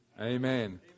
Amen